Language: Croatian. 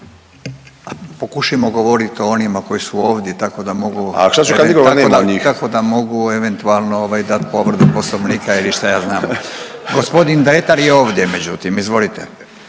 Pokušajmo govorit o onima koji su ovdje tako da mogu… …/Upadica Zekanović se ne razumije/…. …tako da mogu eventualno ovaj dat povredu poslovnika ili šta ja znam. Gospodin Dretar je ovdje međutim, izvolite.